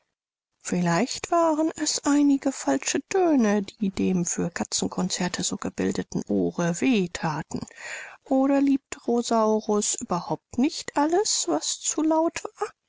vielleicht waren es einige falsche töne die dem für katzenkonzerte so gebildeten ohre weh thaten oder liebte rosaurus überhaupt nicht alles was zu laut war